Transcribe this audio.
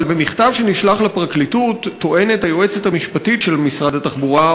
אבל במכתב שנשלח לפרקליטות טוענת היועצת המשפטית של משרד התחבורה,